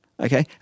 Okay